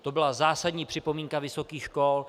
To byla zásadní připomínka vysokých škol.